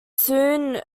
soon